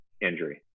injury